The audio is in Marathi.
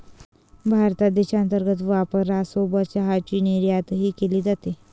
भारतात देशांतर्गत वापरासोबत चहाची निर्यातही केली जाते